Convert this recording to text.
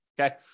Okay